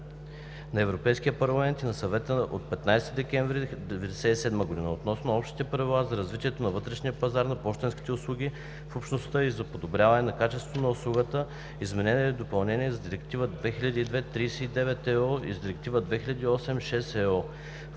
на Европейския парламент и на Съвета от 15 декември 1997 година относно Общите правила за развитието на вътрешния пазар на пощенските услуги в Общността и за подобряването на качеството на услугата, изменена и допълнена с Директива 2002/39/ЕО и с Директива 2008/6/ЕО.